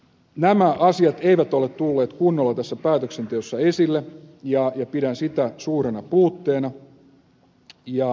nämä asiat eivät ole tulleet kunnolla tässä päätöksenteossa esille ja pidän sitä suurena puutteena